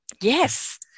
Yes